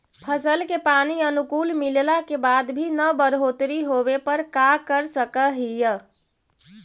फसल के पानी अनुकुल मिलला के बाद भी न बढ़ोतरी होवे पर का कर सक हिय?